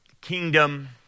kingdom